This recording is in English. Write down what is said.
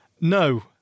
no